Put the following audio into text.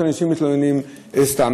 שאנשים מתלוננים סתם.